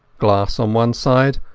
glass on one side,